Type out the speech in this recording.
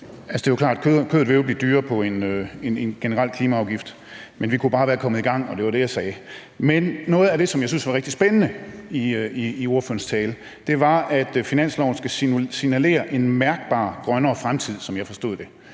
Det er klart, at kødet jo vil blive dyrere via en generel klimaafgift, men vi kunne bare være kommet i gang, og det var det, jeg sagde. Men noget af det, som jeg synes var rigtig spændende i ordførerens tale, var, at finansloven skal signalere en mærkbar grønnere fremtid, som jeg forstod det.